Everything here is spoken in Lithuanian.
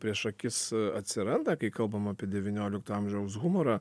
prieš akis atsiranda kai kalbam apie devyniolikto amžiaus humorą